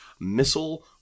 missile